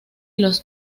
los